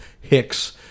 Hicks